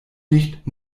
nicht